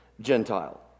Gentile